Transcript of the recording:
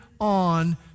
on